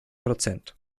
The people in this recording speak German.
prozent